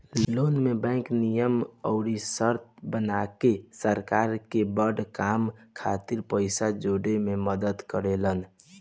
loan में bank नियम अउर शर्त बना के सरकार के बड़ काम खातिर पइसा जोड़े में मदद करेला